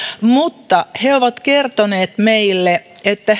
mutta he ovat kertoneet meille että